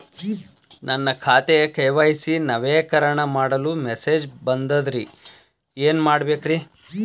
ನನ್ನ ಖಾತೆಯ ಕೆ.ವೈ.ಸಿ ನವೇಕರಣ ಮಾಡಲು ಮೆಸೇಜ್ ಬಂದದ್ರಿ ಏನ್ ಮಾಡ್ಬೇಕ್ರಿ?